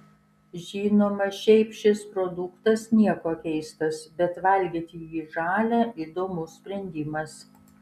žinoma šiaip šis produktas niekuo keistas bet valgyti jį žalią įdomus sprendimas